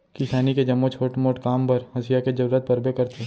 किसानी के जम्मो छोट मोट काम बर हँसिया के जरूरत परबे करथे